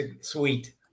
sweet